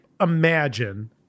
Imagine